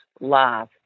live